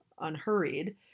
unhurried